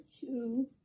two